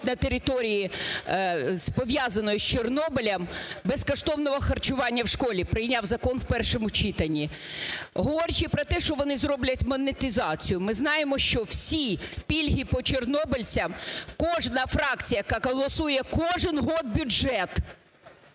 на території, пов'язаної з Чорнобилем, безкоштовного харчування в школі, прийняв закон у першому читанні, говорячи про те, що вони зроблять монетизацію. Ми знаємо, що всі пільги по чорнобильцям кожна фракція, яка голосує кожен год бюджет,